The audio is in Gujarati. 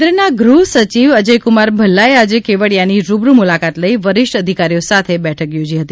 કેન્દ્રના ગૃહ સચિવ અજયકુમાર ભલ્લાએ આજે કેવડીયાની રૂબરૂ મુલાકાત લઇ વરિષ્ઠ અધિકારીઓ સાથે બેઠક યોજી હતી